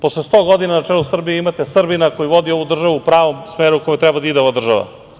Posle 100 godina na čelu Srbije imate Srbina koji vodi ovu državu u pravom smeru kojim treba da ide ova država.